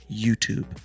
YouTube